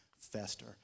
fester